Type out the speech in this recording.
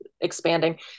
expanding